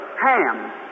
Ham